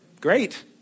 Great